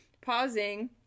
Pausing